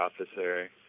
officer